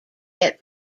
get